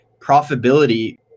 profitability